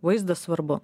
vaizdą svarbu